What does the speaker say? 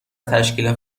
تشکیل